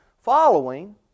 following